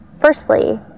Firstly